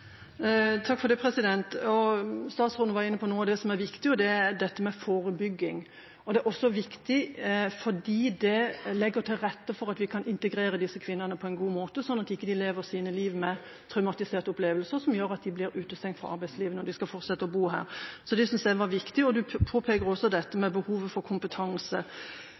Statsråden var inne på noe av det som er viktig, og det er dette med forebygging. Det er også viktig fordi det legger til rette for at vi kan integrere disse kvinnene på en god måte, slik at de ikke lever sitt liv med traumatiserte opplevelser som gjør at de blir utestengt fra arbeidslivet når de skal fortsette å bo her. Det synes jeg er viktig. Statsråden påpeker også dette med behovet for kompetanse.